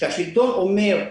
כשהשלטון אומר,